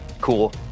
Cool